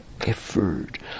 effort